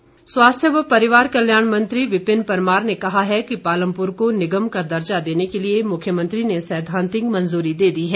परमार स्वास्थ्य व परिवार कल्याण मंत्री विपिन परमार ने कहा है कि पालमपुर को निगम का दर्जा देने के लिए मुख्यमंत्री ने सैद्धांतिक मंजूर दे दी है